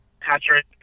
Patrick